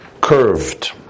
curved